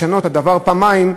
הישנות הדבר פעמיים,